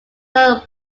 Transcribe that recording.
john